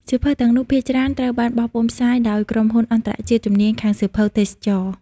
សៀវភៅទាំងនោះ ភាគច្រើនត្រូវបានបោះពុម្ពផ្សាយដោយក្រុមហ៊ុនអន្តរជាតិជំនាញខាងសៀវភៅទេសចរណ៍។